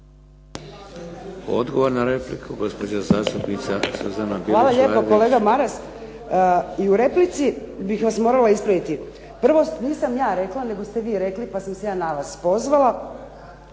**Bilić Vardić, Suzana (HDZ)** Hvala lijepo. Kolega Maras i u replici bih vas morala ispraviti. Prvo, nisam ja rekla, nego ste vi rekli pa sam se na vas pozvala.